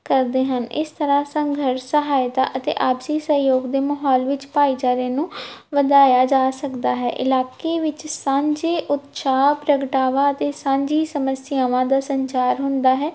ਕਰਦੇ ਹਨ ਇਸ ਤਰ੍ਹਾਂ ਸੰਘਰਸ਼ ਸਹਾਇਤਾ ਅਤੇ ਆਪਸੀ ਸਹਿਯੋਗ ਦੇ ਮਹੌਲ ਵਿੱਚ ਭਾਈਚਾਰੇ ਨੂੰ ਵਧਾਇਆ ਜਾ ਸਕਦਾ ਹੈ ਇਲਾਕੇ ਵਿੱਚ ਸਾਂਝੇ ਉਤਸ਼ਾਹ ਪ੍ਰਗਟਾਵਾ ਅਤੇ ਸਾਂਝੀ ਸਮੱਸਿਆਵਾਂ ਦਾ ਸੰਚਾਰ ਹੁੰਦਾ ਹੈ